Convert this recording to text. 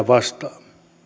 vastaan